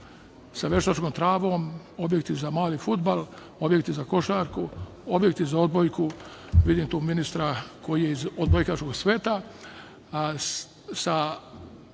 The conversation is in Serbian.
sa veštačkom travom, objekti za mali fudbal, objekti za košarku, objekti za odbojku, vidim tu ministra koji je iz odbojkaškog sveta, sa